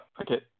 Okay